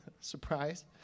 Surprise